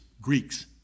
Greeks